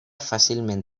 fàcilment